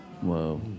Whoa